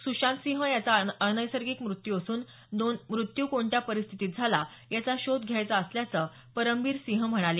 सुशांतसिंह यांचा अनैसर्गिक मृत्यू म्हणून नोंद असून मृत्यू कोणत्या परिस्थितीत झाला याचा शोध घ्यायचा असल्याचं परमबीरसिंह म्हणाले